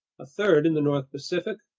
a third in the north pacific,